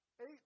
Eight